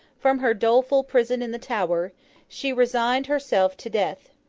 from her doleful prison in the tower she resigned herself to death.